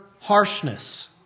harshness